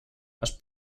has